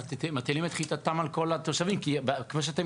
ומטילים את חיתתם על כל התושבים, כי כמו שאתם